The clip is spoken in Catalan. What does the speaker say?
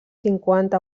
cinquanta